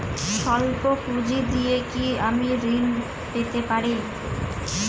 সল্প পুঁজি দিয়ে কি আমি ঋণ পেতে পারি?